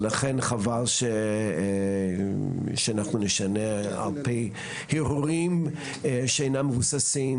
ולכן חבל שאנחנו נשנה על פי הרהורים שאינם מבוססים,